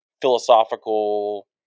philosophical